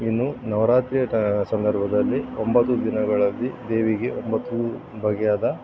ಇನ್ನು ನವರಾತ್ರಿಯ ಸಂದರ್ಭದಲ್ಲಿ ಒಂಬತ್ತು ದಿನಗಳಲ್ಲಿ ದೇವಿಗೆ ಒಂಬತ್ತು ಬಗೆಯಾದ